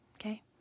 Okay